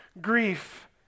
grief